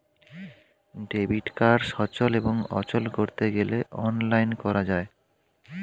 debit card সচল এবং অচল করতে গেলে অনলাইন করা যায়